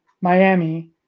Miami